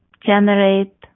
generate